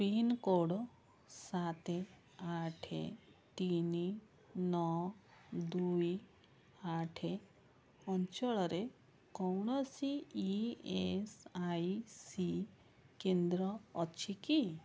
pincode ସାତ ଆଠ ତିନି ନଅ ଦୁଇ ଆଠ ଅଞ୍ଚଳରେ କୌଣସି ଇ ଏସ୍ ଆଇ ସି କେନ୍ଦ୍ର ଅଛି କି